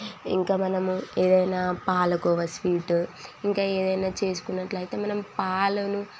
ఇంకా మనము ఏదైనా పాలకోవా స్వీట్ ఇంకా ఏదైనా చేసుకున్నట్లయితే మనం పాలను